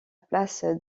place